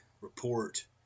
report